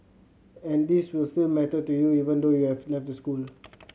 and these will still matter to you even though you have left the school